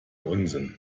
unsinn